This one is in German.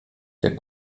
der